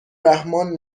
رحمان